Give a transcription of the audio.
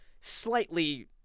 slightly –